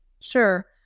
Sure